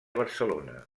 barcelona